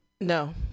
No